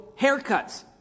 haircuts